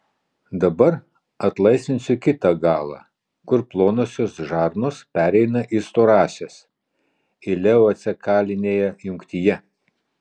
dabar atlaisvinsiu kitą galą kur plonosios žarnos pereina į storąsias ileocekalinėje jungtyje